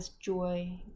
joy